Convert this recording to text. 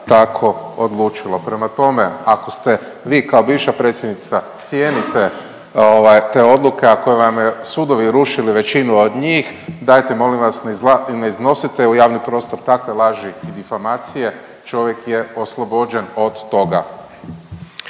tako odlučilo, prema tome, ako ste vi kao bivša predsjednica cijenite ovaj, te odluke, ako vam je sudovi rušili većinu od njih, ne iznosite u javni prostor takve laži i difamacije, čovjek je oslobođen od toga.